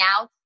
now